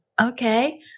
okay